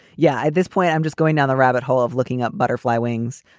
yeah. at this point i'm just going down the rabbit hole of looking up butterfly wings.